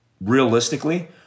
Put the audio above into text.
realistically